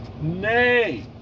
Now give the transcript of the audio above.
Nay